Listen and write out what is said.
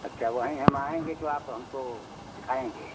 अच्छा वहीं हम आएँगे तो आप हमको दिखाएँगे